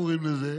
קוראים לזה,